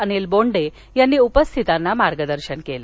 अनिल बोंडे यांनी उपस्थितांना मार्गदर्शन केलं